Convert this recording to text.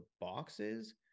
boxes